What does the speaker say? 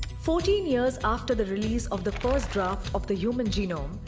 fourteen years after the release of the first draft of the human genome,